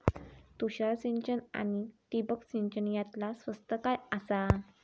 तुषार सिंचन आनी ठिबक सिंचन यातला स्वस्त काय आसा?